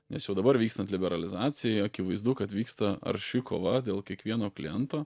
nes jau dabar vykstant liberalizacijai akivaizdu kad vyksta arši kova dėl kiekvieno kliento